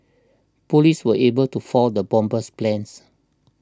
police were able to foil the bomber's plans